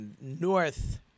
north